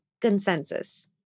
consensus